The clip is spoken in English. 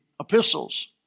epistles